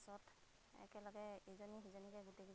তাৰ পিছত একেলগে ইজনী সিজনীকৈ গোটেইকেইজনী লগ লাগি